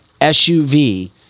SUV